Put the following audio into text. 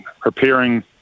preparing